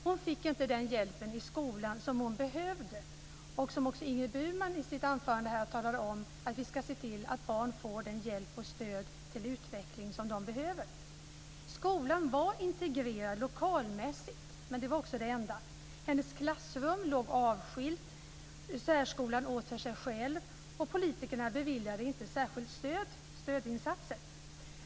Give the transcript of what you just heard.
Hon fick inte den hjälp i skolan som hon behövde. Ingrid Burman talade i sitt anförande om att vi ska se till att barn får den hjälp och det stöd när det gäller utveckling som de behöver. Skolan var integrerad lokalmässigt, men det var också det enda. Hennes klassrum låg avskilt. Eleverna i särskolan åt för sig själva. Politikerna beviljade inget särskilt stöd.